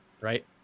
right